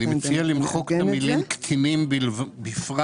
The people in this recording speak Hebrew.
אני מציע למחוק את המילים "קטינים בפרט"